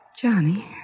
Johnny